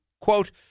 quote